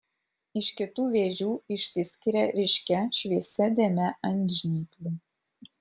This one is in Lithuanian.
iš kitų vėžių išsiskiria ryškia šviesia dėme ant žnyplių